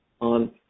on